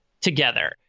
together